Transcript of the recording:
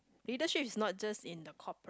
leadership is not just in the corporate